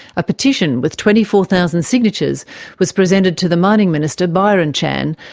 a petition with twenty four thousand signatures was presented to the mining minister, byron chan,